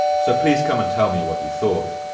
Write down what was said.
so please come and tell me what you thought.